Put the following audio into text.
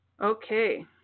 Okay